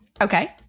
Okay